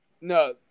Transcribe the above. No